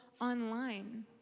online